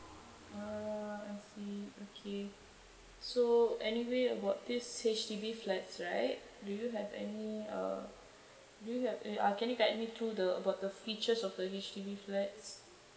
ah I see okay so anyway about this H_D_B flats right do you have any uh do you have uh can you guide me through the about the features of the H_D_B flats